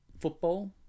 football